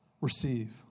receive